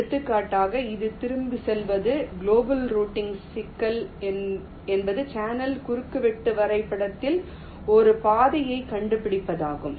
எடுத்துக்காட்டாக இது திரும்பிச் செல்வது குளோபல் ரூட்டிங் சிக்கல் என்பது சேனல் குறுக்குவெட்டு வரைபடத்தில் ஒரு பாதையைக் கண்டுபிடிப்பதாகும்